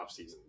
offseason